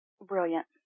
Brilliant